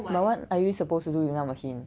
but what are you suppose to do with 那个 machine